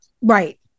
Right